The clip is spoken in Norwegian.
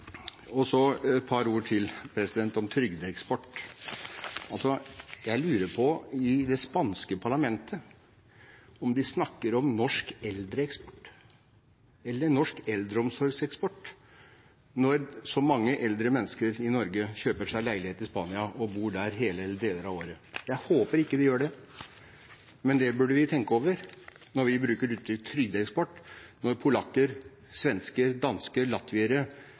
Så et par ord til, om trygdeeksport. Jeg lurer på om man i det spanske parlamentet snakker om norsk eldreeksport eller om norsk eldreomsorgseksport, når så mange eldre mennesker i Norge kjøper seg leilighet i Spania og bor der hele eller deler av året. Jeg håper man ikke gjør det. Men det burde vi tenke over når vi bruker uttrykket «trygdeeksport» – når polakker, svensker, dansker